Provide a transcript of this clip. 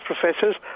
professors